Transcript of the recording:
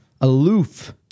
aloof